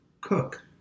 cook